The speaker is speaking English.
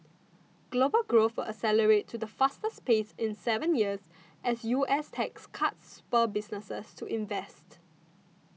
global growth will accelerate to the fastest pace in seven years as U S tax cuts spur businesses to invest